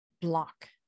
block